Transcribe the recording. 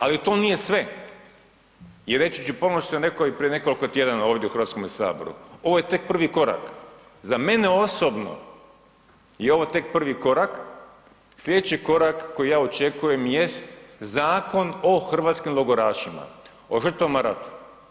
Ali to nije sve i reći ću ponovno što sam rekao prije nekoliko tjedana ovdje u Hrvatskome saboru ovo je tek prvi korak, za mene osobno je ovo tek prvi korak, slijedeći korak koji ja očekujem jest Zakon o hrvatskim logorašima, o žrtvama rata.